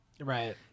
Right